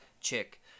chick